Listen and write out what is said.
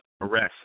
Arrest